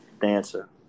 dancer